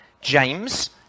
James